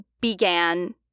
began